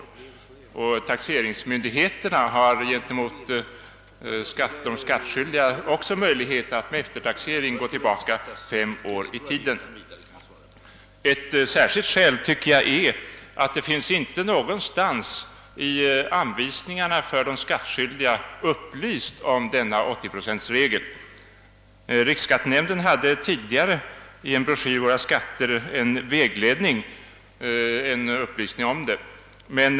Taxeringsmyndigheterna har också möjlighet att gå tillbaka fem år i tiden gentemot de skattskyldiga. Ett särskilt skäl tycker jag är att det inte någonstans i anvisningarna för de skattskyldiga finns upplyst om denna 80-procentregel. Riksskattenämnden hade tidigare i en broschyr, »Våra skatter, en vägledning» givit upplysning om regeln.